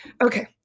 Okay